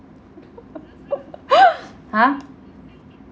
!huh!